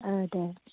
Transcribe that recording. औ दे